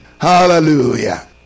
Hallelujah